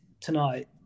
tonight